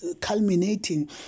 culminating